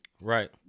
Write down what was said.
right